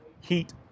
heat